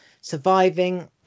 surviving